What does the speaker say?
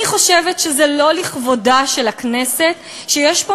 אני חושבת שזה לא לכבודה של הכנסת שיש פה